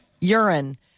urine